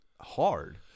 hard